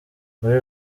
muri